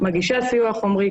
מגישה סיוע חומרי,